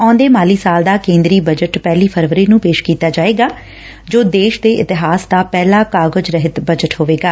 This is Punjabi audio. ਆਉਂਦੇ ਮਾਲੀ ਸਾਲ ਦਾ ਕੇ'ਦਰੀ ਬਜਟ ਪਹਿਲੀ ਫਰਵਰੀ ਨੂੰ ਪੇਸ਼ ਕੀਤਾ ਜਾਏਗਾ ਜੋ ਦੇਸ਼ ਦੇ ਇਤਿਹਾਸ ਵਿਚ ਪਹਿਲਾ ਕਾਗਜ਼ ਰਹਿਤ ਬਜਟ ਹੋਵੇਗਾ